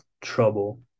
trouble